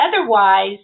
otherwise